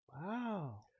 wow